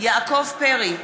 יעקב פרי,